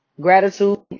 gratitude